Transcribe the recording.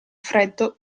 freddo